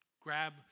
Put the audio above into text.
grab